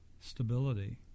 stability